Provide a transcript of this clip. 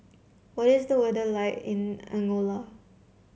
what is the weather like in Angola